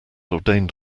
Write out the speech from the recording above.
ordained